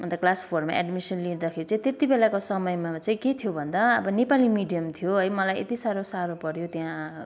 अन्त क्लास फोरमा एडमिसन लिँदाखेरि चाहिँ त्यत्ति बेलाको समयमा चाहिँ के थियो भन्दा अब नेपाली मिड्यम थियो है मलाई यति सारो सारो पर्यो है त्यहाँ